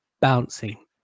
bouncing